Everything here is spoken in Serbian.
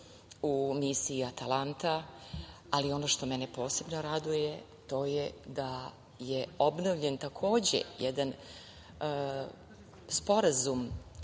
u misiji „Atalanta“, ali ono što mene posebno raduje to je da je obnovljen jedan sporazum